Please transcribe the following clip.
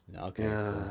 Okay